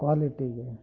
ಕ್ವಾಲಿಟಿಗೆ